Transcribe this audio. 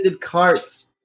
carts